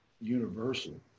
universal